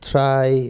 Try